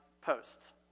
posts